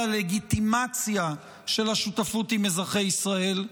הלגיטימציה של השותפות עם אזרחי ישראל,